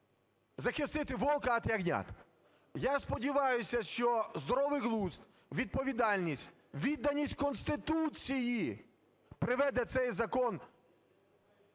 захистити вовка від ягнят. Я сподіваюся, що здоровий глузд, відповідальність, відданість Конституції приведе цей закон